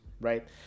Right